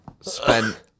spent